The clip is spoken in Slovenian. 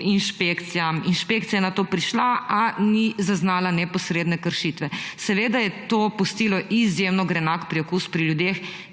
inšpekcijam. Inšpekcija je nato prišla, a ni zaznala neposredne kršitve. Seveda je to pustilo izjemno grenak priokus pri ljudeh,